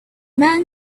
man